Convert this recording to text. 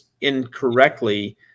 incorrectly